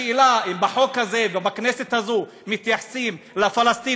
השאלה היא אם בחוק הזה ובכנסת הזאת מתייחסים לפלסטיני,